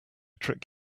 trick